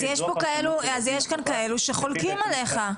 אז יש כאן כאלה שחולקים עליך.